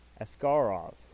Askarov